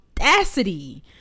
audacity